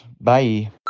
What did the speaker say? Bye